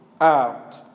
out